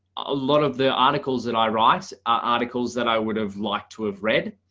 a lot of the articles that i write articles that i would have liked to have read,